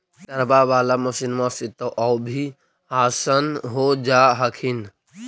ट्रैक्टरबा बाला मसिन्मा से तो औ भी आसन हो जा हखिन?